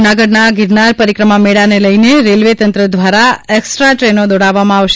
જૂનાગઢના ગિરનાર પરિક્રમા મેળાને લઇને રેલવે તંત્ર દ્વારા એકસ્ટ્રા ટ્રેનો દોડાવવામાં આવશે